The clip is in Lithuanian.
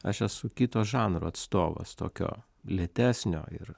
aš esu kito žanro atstovas tokio lėtesnio ir